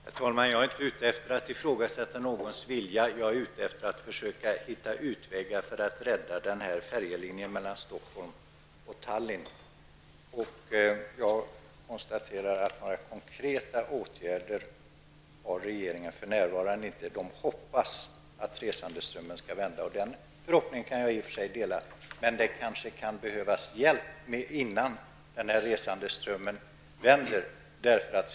Herr talman! Jag är inte ute efter att ifrågasätta någons vilja, utan att försöka hitta vägar för att rädda färjelinjen mellan Stockholm och Tallinn. Jag konstaterar att regeringen för närvarande inte tänker vidta några konkreta åtgärder. Man hoppas att resandeströmmen skall vända uppåt. Den förhoppningen kan jag i och för sig dela, men rederiet kan behöva hjälp dessförinnan.